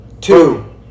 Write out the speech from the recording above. Two